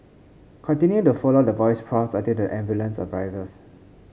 continue to follow the voice prompts until the ambulance arrives